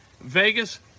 Vegas